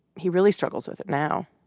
he really struggles with it now.